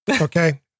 okay